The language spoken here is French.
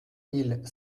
mille